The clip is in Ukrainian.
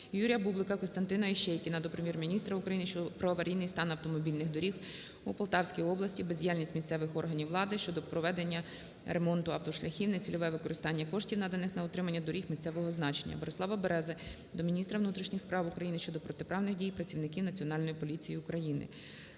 Юрія Бублика, КостянтинаІщейкіна до Прем'єр-міністра України про аварійний стан автомобільних доріг у Полтавській області, бездіяльність місцевих органів влади щодо проведення ремонту автошляхів, нецільове використання коштів, наданих на утримання доріг місцевого значення. Борислава Берези до міністра внутрішніх справ України щодо протиправних дій працівників Національної поліції України.